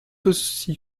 aussi